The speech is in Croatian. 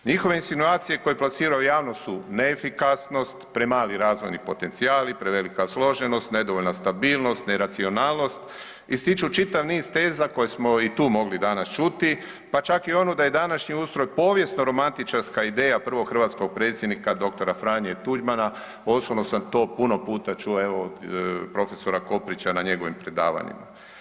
Njihove insinuacije koje plasiraju u javnost su neefikasnost, premali razvojni potencijali, prevelika složenost, nedovoljna stabilnost, neracionalnost, ističu čitav niz teza koje smo i tu mogli danas čuti, pa čak i onu da je današnji ustroj povijesno romantičarska ideja prvog hrvatskog predsjednika dr. Franje Tuđmana, osobno sam to puno puta čuo, evo od prof. Koprića na njegovim predavanjima.